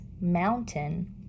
mountain